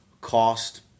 cost